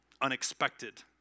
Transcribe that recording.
unexpected